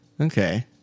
Okay